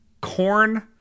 corn